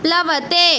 प्लवते